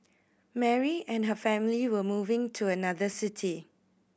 Mary and her family were moving to another city